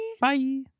bye